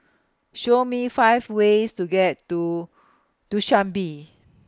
Show Me five ways to get to Dushanbe